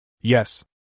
Yes